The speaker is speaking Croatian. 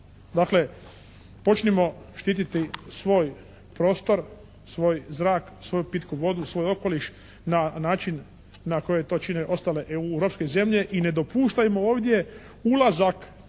Dakle, počnimo štititi svoj prostor, svoj zrak, svoju pitku vodu, svoj okoliš na način na koji to čine ostale EU zemlje i ne dopuštajmo ovdje ulazak